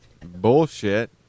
bullshit